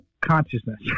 consciousness